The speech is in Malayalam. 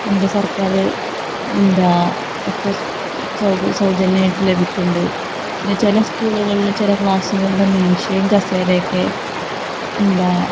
എന്താണ് സർക്കാര് എന്താണ് ഒക്കെ സൗജന്യമായിട്ടു ലഭിക്കുന്നുണ്ട് പിന്നെ ചില സ്കൂളുകളില് ചില ക്ലാസ്സുകളുടെ മേശയും കസേരയുമൊക്കെ എന്താണ്